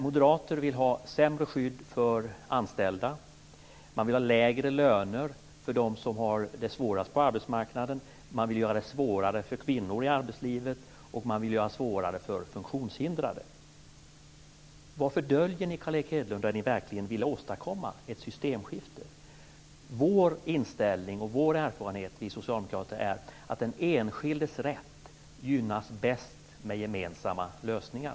Moderater vill ha sämre skydd för anställda, lägre löner för dem som har det svårast på arbetsmarknaden, göra det svårare för kvinnor i arbetslivet och göra det svårare för funktionshindrade. Varför döljer ni, Carl Erik Hedlund, det ni verkligen vill åstadkomma, ett systemskifte? Vi socialdemokrater har inställningen och erfarenheten att den enskildes rätt gynnas bäst med gemensamma lösningar.